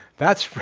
that's.